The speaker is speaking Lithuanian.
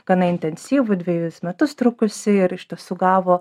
gana intensyvų dvejus metus trukusį ir iš tiesų gavo